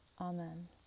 Amen